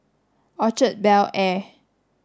Orchard Bel Air